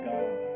God